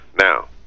Now